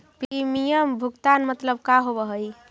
Premium भुगतान मतलब का होव हइ?